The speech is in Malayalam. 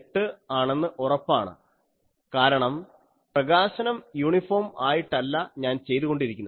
8 ആണെന്ന് ഉറപ്പാണ് കാരണം പ്രകാശനം യൂണിഫോം ആയിട്ടല്ല ഞാൻ ചെയ്തുകൊണ്ടിരിക്കുന്നത്